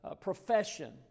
profession